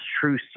true